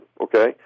Okay